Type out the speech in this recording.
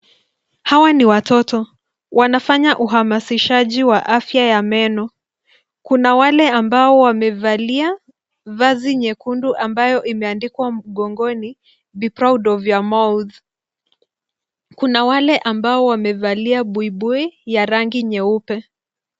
Hawa ni watoto. Wanafanya uhamasishaji wa afya ya meno. Kuna wale ambao wamevalia vazi nyekundu ambayo imeandikwa mgongoni Be Proud of Your Mouth . Kuna wale ambao wamevalia buibui ya rangi nyeupe.